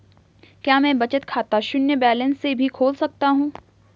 क्या मैं बचत खाता शून्य बैलेंस से भी खोल सकता हूँ?